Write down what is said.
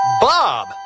Bob